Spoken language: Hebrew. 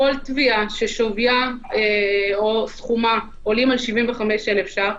כל תביעה ששוויה או סכומה עולים על 75,000 ש"ח,